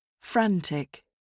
Frantic